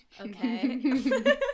okay